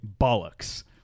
bollocks